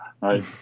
right